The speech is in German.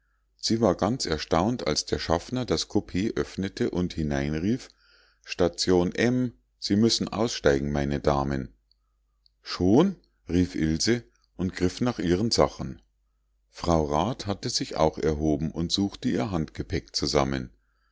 sie war ganz erstaunt als der schaffner das koupee öffnete und hineinrief station m sie müssen aussteigen meine damen schon rief ilse und griff nach ihren sachen frau rat hatte sich auch erhoben und suchte ihr handgepäck zusammen